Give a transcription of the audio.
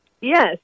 Yes